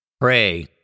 Pray